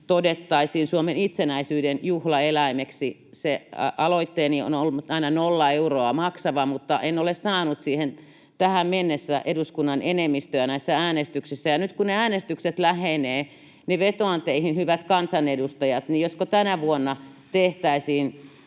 todettaisiin Suomen itsenäisyyden juhlaeläimeksi. Se aloitteeni on ollut aina nolla euroa maksava, mutta en ole saanut siihen tähän mennessä eduskunnan enemmistöä näissä äänestyksissä. Ja nyt kun ne äänestykset lähenevät, niin vetoan teihin, hyvät kansanedustajat, josko tänä vuonna tehtäisiin